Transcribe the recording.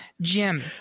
Jim